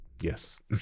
yes